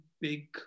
big